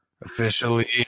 Officially